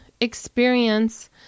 experience